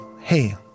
hey